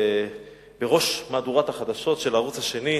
בראש מהדורת החדשות של הערוץ השני,